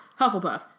Hufflepuff